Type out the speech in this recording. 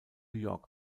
york